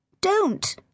Don't